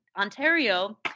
ontario